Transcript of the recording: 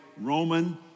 Roman